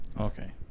Okay